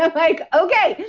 ah like, okay,